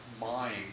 mind